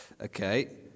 Okay